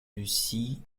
lucy